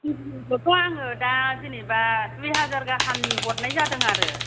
इन्दिनिखौथ' आङो दा जेनबा दुइहाजार गाहामनि हरनाइ जादों आरो